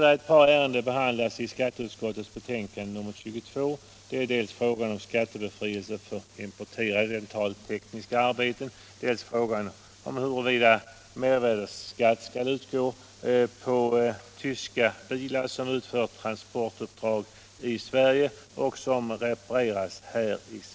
Ännu ett par ärenden behandlas i skatteutskottets betänkande nr 22: dels frågan om skattebefrielse för importerade dentaltekniska arbeten, dels frågan om huruvida mervärdesskatt skall utgå när det gäller utländska bilar som utför transportuppdrag i Sverige och repareras här.